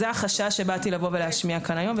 זה החשש שבאתי להשמיע כאן היום,